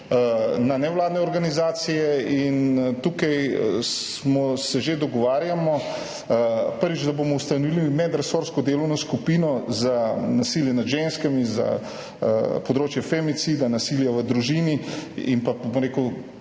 na nevladne organizacije, in tukaj se že dogovarjamo, prvič, da bomo ustanovili medresorsko delovno skupino za nasilje nad ženskami, za področje femicida, nasilja v družini in pa, bom rekel,